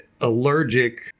allergic